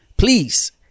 Please